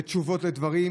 לתשובות על דברים